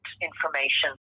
information